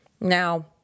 now